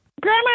Grandma